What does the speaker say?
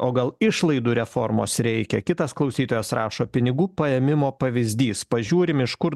o gal išlaidų reformos reikia kitas klausytojas rašo pinigų paėmimo pavyzdys pažiūrim iš kur